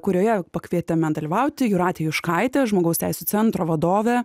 kurioje pakvietėme dalyvauti jūratę juškaitę žmogaus teisių centro vadovę